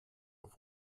auf